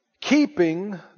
keeping